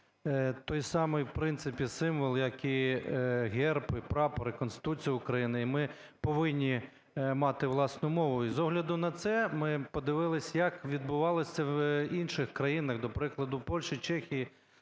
той самий в принцип і символ, як і Герб, і Прапор, і Конституція України, і ми повинні мати власну мову. З огляду на це ми подивилися, як відбувалося це в інших країнах, до прикладу в Польщі, Чехії,